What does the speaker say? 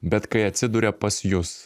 bet kai atsiduria pas jus